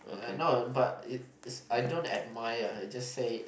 uh no but it is I don't admire I just say